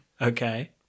okay